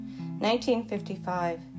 1955